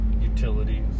utilities